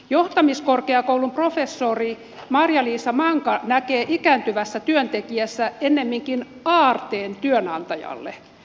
johtamiskorkeakoulun professori marja liisa manka näkee ikääntyvässä työntekijässä ennemminkin aarteen työnantajalle